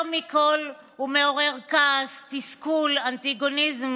יותר מכול, הוא מעורר כעס, תסכול, אנטגוניזם,